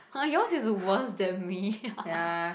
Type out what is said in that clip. !huh! yours is worse than me